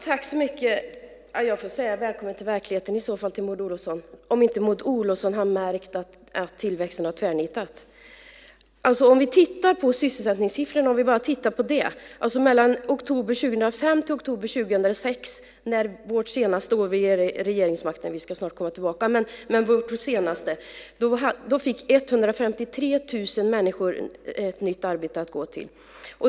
Fru talman! Om Maud Olofsson inte har märkt att tillväxten har tvärnitat får jag säga: Välkommen till verkligheten! Vi kan titta på sysselsättningssiffrorna - låt oss bara titta på det - mellan oktober 2005 och oktober 2006. Det var vårt senaste år vid regeringsmakten - vi ska snart komma tillbaka. Då fick 153 000 människor ett nytt arbete att gå till.